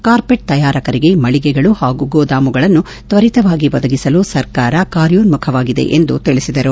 carpet ತಯಾರಕರಿಗೆ ಮಳಗೆಗಳು ಪಾಗೂ ಗೋದಾಮುಗಳನ್ನು ತ್ವರಿತವಾಗಿ ಒದಗಿಸಲು ಸರ್ಕಾರ ಕಾರ್ಯೋನ್ಮುಖವಾಗಿದೆ ಎಂದು ತಿಳಿಸಿದರು